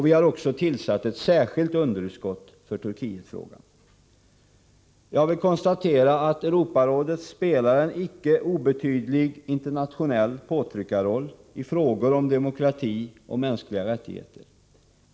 Vi har också tillsatt ett särskilt underutskott för Turkietfrågan. Jag vill konstatera att Europarådet spelar en icke obetydlig internationell påtryckarroll i frågor om demokrati och mänskliga rättigheter.